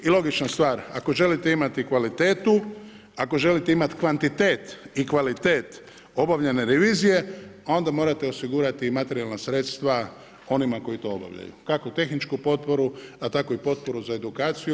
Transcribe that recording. I logična stvar, ako želite imati kvalitetu, ako želite imati kvantitet i kvalitet obavljene revizije onda morate osigurati i materijalne sredstva onima koji to obavljaju, kako tehničku potporu a tako i potporu za edukaciju.